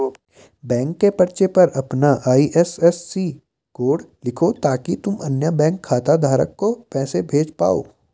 bank के पर्चे पर अपना आई.एफ.एस.सी कोड लिखो ताकि तुम अन्य बैंक खाता धारक को पैसे भेज पाओ